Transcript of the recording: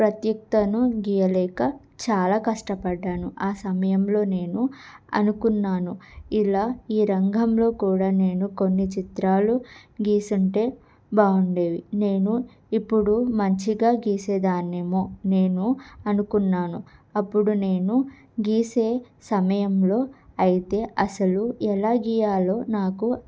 ప్రత్యుక్తను గీయలేక చాలా కష్టపడ్డాను ఆ సమయంలో నేను అనుకున్నాను ఇలా ఈ రంగంలో కూడా నేను కొన్ని చిత్రాలు గీసుంటే బాగుండేవి నేను ఇప్పుడు మంచిగా గీసేదాన్నేమో నేను అనుకున్నాను అప్పుడు నేను గీసే సమయంలో అయితే అసలు ఎలా గీయాలో నాకు